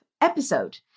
episode